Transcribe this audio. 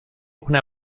una